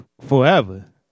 forever